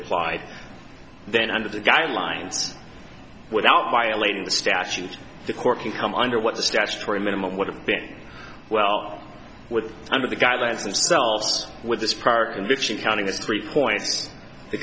applied then under the guidelines without violating the statute the court can come under what the statutory minimum would have been well with under the guidelines themselves with this part conviction counting those three points the